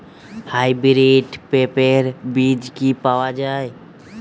Hybrid পেঁপের বীজ কি পাওয়া যায়?